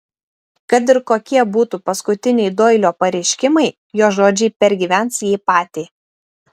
kad ir kokie būtų paskutiniai doilio pareiškimai jo žodžiai pergyvens jį patį